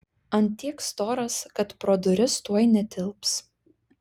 ant tiek storas kad pro duris tuoj netilps